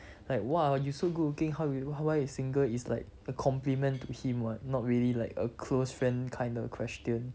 like !wah! you so good looking how you why you single is like a compliment to him [what] not really like a close friend kind of question